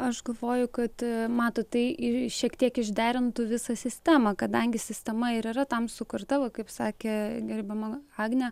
aš galvoju kad matot tai šiek tiek išderintų visą sistemą kadangi sistema ir yra tam sukurta va kaip sakė gerbiama agnė